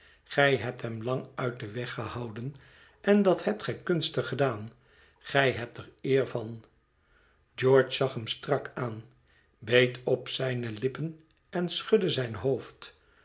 gij hebt hem lang uit den weg gehouden en dat hebt gij kunstig gedaan gij hebt er eer van george zag hem strak aan beet op zijne lippen en schudde zijn hoofd